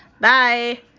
Bye